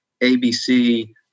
ABC